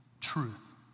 Truth